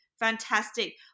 Fantastic